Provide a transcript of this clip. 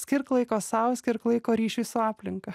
skirk laiko sau skirk laiko ryšiui su aplinka